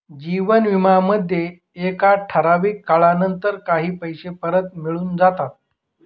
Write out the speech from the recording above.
जीवन विमा मध्ये एका ठराविक काळानंतर काही पैसे परत मिळून जाता